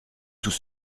tout